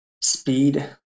speed